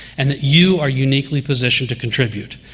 and that you are uniquely positioned to contribute.